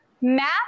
map